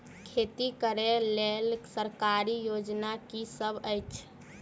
खेती करै लेल सरकारी योजना की सब अछि?